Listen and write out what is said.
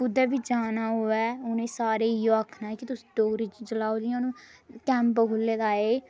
कुद्धर बी जाना होऐ उ'नें सारें गी इ'यै आखना कि तुस डोगरी चलाओ जि'यां हून